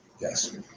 Yes